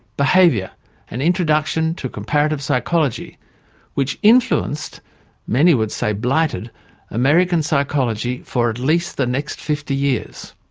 behavior an introduction to comparative psychology which influenced many would say blighted american psychology for at least the next fifty years.